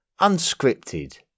unscripted